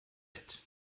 bett